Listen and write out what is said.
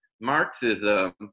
Marxism